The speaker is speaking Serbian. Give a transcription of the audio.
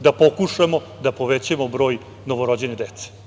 da pokušamo da povećamo broj novorođene dece.